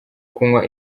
kunywa